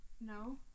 No